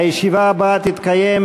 הישיבה הבאה תתקיים,